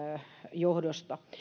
johdosta